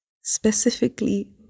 specifically